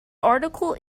article